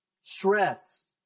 stress